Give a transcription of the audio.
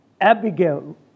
Abigail